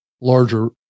larger